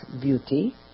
beauty